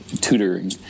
tutoring